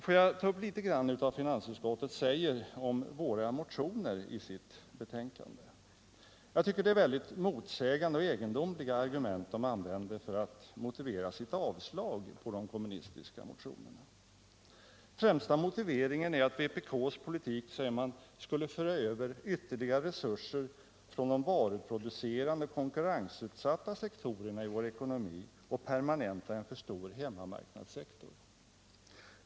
Jag vill ta upp litet av vad finansutskottet säger om våra motioner i sitt betänkande. Jag tycker det är väldigt motsägande och egendomliga argument Finansdebatt Finansdebatt man använder för att motivera sitt avslag på de kommunistiska motionerna. Den främsta motiveringen är att vpk:s politik ”skulle föra över ytterligare resurser från de varuproducerande och konkurrensutsatta sektorerna i vår ekonomi och permanenta en för stor hemmamarknadssektor”.